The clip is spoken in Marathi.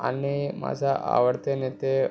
आणि माझा आवडते नेते